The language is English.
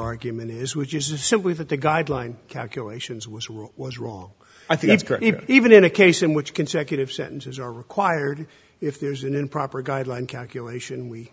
argument is which is simply that the guideline calculations was wrong was wrong i think it's great even in a case in which consecutive sentences are required if there's an improper guideline calculation we